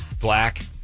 black